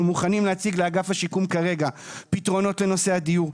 מוכנים להציג לאגף השיקום כרגע פתרונות לנושא הדיור,